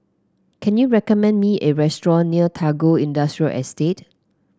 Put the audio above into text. can you recommend me a restaurant near Tagore Industrial Estate